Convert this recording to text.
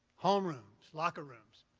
home rooms, locker rooms,